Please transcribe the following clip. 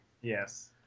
Yes